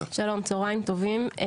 תודה רבה.